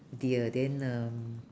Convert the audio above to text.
oh dear then um